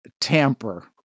tamper